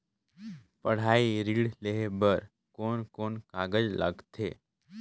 पढ़ाई ऋण लेहे बार कोन कोन कागज लगथे?